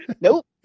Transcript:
nope